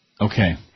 Okay